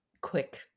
quick